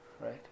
Right